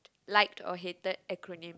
liked or hated acronym